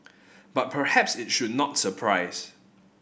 but perhaps it should not surprise